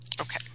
okay